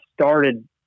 started